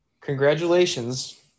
Congratulations